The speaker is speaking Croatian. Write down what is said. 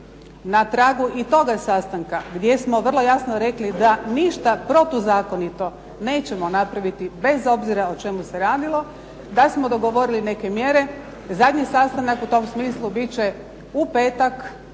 na tragu i toga sastanka gdje smo vrlo jasno rekli da ništa protuzakonito nećemo napraviti bez obzira o čemu se radilo, da smo dogovorili neke mjere. Zadnji sastanak u tom smislu bit će u petak